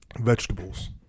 Vegetables